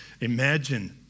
Imagine